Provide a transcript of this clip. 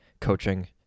coaching